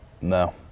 No